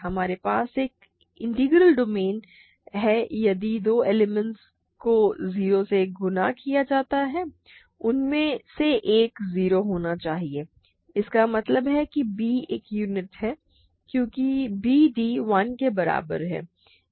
हमारे पास एक इंटीग्रल डोमेन है यदि दो एलिमेंट्स को 0 से गुणा किया जाता है उनमें से एक 0 होना चाहिए इसका मतलब है कि b एक यूनिट है क्योंकि b d 1 के बराबर है